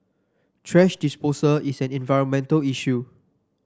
thrash disposal is an environmental issue